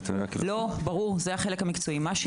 נכון,